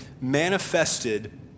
manifested